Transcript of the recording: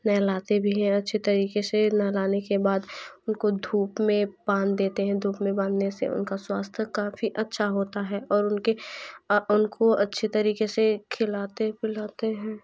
नहलाते भी हैं अच्छी तरीक़े से नहलाने के बाद उनको धूप में बांध देते हैं धूप में बांधने से उनाक स्वास्थ्य काफ़ी अच्छा होता है और उनके उनको अच्छी तरीक़े से खिलाते पिलाते हैं